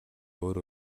өөр